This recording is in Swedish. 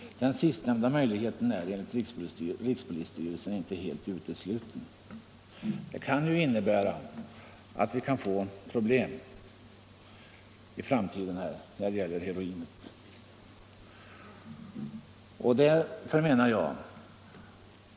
Den sistnämnda möjligheten är enligt rikspolisstyrelsen inte helt utesluten.” Det kan ju innebära att vi i framtiden får problem med heroinet.